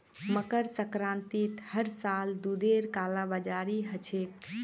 मकर संक्रांतित हर साल दूधेर कालाबाजारी ह छेक